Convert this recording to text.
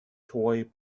toy